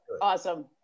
Awesome